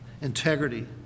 integrity